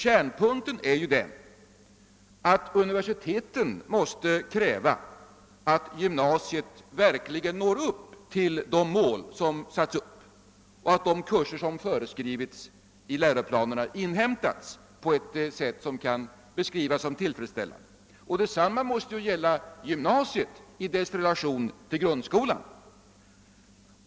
Kärnpunkten är ju den, att universiteten måste kräva att gymnasiet verkligen når de mål som satts upp och att de kurser som föreskrivs i läroplanen inhämtas på ett sätt som kan beskrivas som tillfredsställande. Detsamma måste gälla gymnasiet i dess relation till grundskolan.